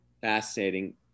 fascinating